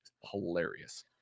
Hilarious